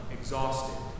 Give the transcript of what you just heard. exhausted